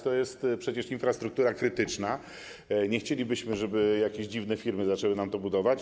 To jest przecież infrastruktura krytyczna, nie chcielibyśmy, żeby jakieś dziwne firmy zaczęły nam ją budować.